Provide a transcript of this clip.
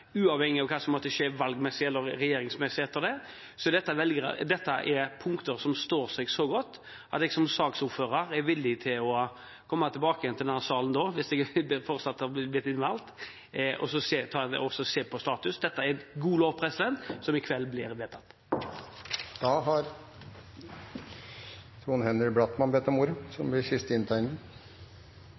uavhengig av hva som måtte skje når det gjelder valg eller med regjering, er dette punkter som står seg så godt at jeg som saksordfører er villig til å komme tilbake til denne salen og se på status – hvis jeg fortsatt er innvalgt. Det er en god lov som blir vedtatt i kveld. I 1908 var broren til min tippoldefar, Andreas Blattmann,